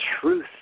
truth